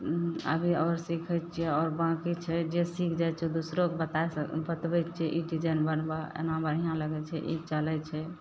अभी आओर सीखय छियै आओर बाकी छै जे सीख जाइ छै दोसरोके बताय सकय बतबयके छै ई डिजाइन बनबऽ एना बढ़िआँ होइ छै ई चलय छै